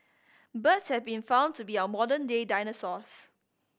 birds have been found to be our modern day dinosaurs